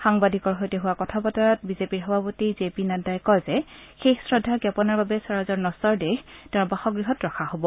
সাংবাদিকৰ সৈতে হোৱা কথা বতৰাত বিজেপিৰ সভাপতি জে পি নদ্দাই কয় যে শেষ শ্ৰদ্ধা জ্ঞাপনৰ বাবে স্বৰাজৰ নশ্বৰ দেহ তেওঁৰ বাসগৃহত ৰখা হ'ব